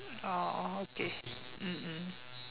oh oh okay mm mm